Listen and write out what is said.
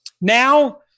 Now